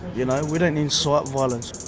you know, we don't incite violence.